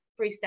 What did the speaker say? freestyle